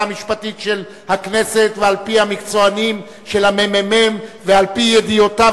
המשפטית של הכנסת ועל-פי המקצוענים של הממ"מ ועל-פי ידיעותיו